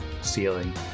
ceiling